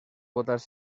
botas